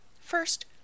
First